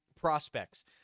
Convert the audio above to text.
prospects